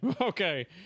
Okay